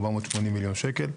480 מיליון שקל.